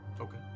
Okay